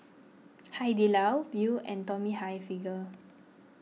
Hai Di Lao Viu and Tommy Hilfiger